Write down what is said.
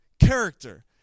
character